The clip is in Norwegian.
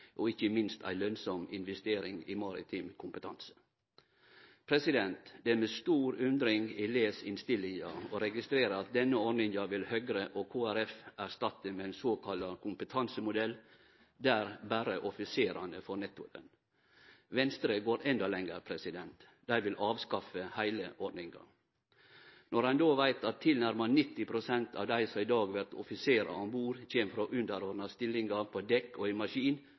og ikkje minst lønnsam investering i maritim kompetanse. Det er med stor undring eg les innstillinga og registrerer at Høgre og Kristeleg Folkeparti vil erstatte denne ordninga med ein sokalla kompetansemodell, der berre offiserane får nettolønn. Venstre går endå lengre, dei vil avskaffe heile ordninga. Når ein då veit at tilnærma 90 pst. av dei som i dag vert offiserar om bord, kjem frå underordna stillingar på dekk og i maskin,